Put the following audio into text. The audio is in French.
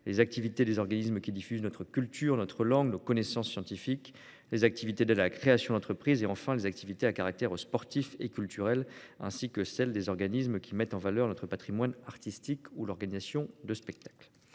des activités des organismes qui diffusent notre culture, notre langue et nos connaissances scientifiques ; des activités d'aide à la création d'entreprises ; enfin, des activités à caractère sportif et culturel, ainsi que de celles des organismes qui mettent en valeur notre patrimoine artistique ou organisent des spectacles.